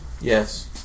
Yes